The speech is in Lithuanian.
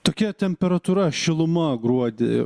tokia temperatūra šiluma gruodį